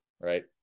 right